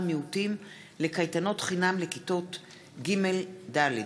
המיעוטים לקייטנות חינם לכיתות ג' ד',